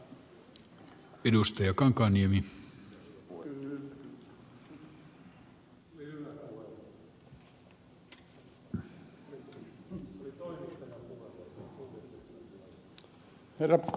herra puhemies